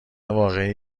واقعی